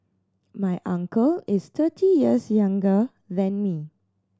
my uncle is thirty years younger than me